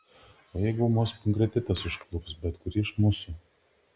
o jeigu ūmus pankreatitas užklups bet kurį iš mūsų